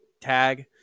tag